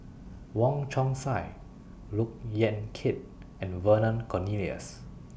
Wong Chong Sai Look Yan Kit and Vernon Cornelius